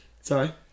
sorry